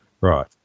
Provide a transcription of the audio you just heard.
right